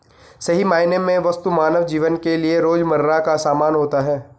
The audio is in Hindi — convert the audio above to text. सही मायने में वस्तु मानव जीवन के लिये रोजमर्रा का सामान होता है